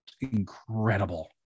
incredible